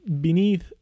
beneath